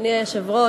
אדוני היושב-ראש,